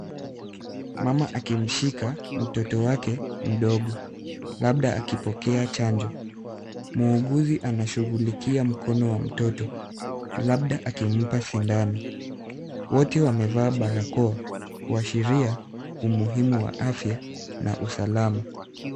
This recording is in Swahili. Mama akimshika, mtoto wake mdogo, labda akipokea chanjo, muguzi anashughulikia mkono wa mtoto, labda akimpa sindano, wote wamevaa barakoa, kuashiria, umuhimu wa afya, na usalama.